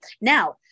Now